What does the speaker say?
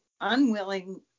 unwilling